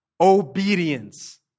obedience